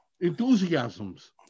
Enthusiasms